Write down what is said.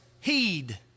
heed